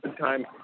time